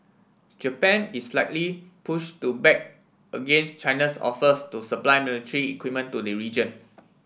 Japan is likely push to back against China's offers to supply military equipment to the region